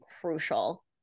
crucial